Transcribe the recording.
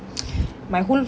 my whole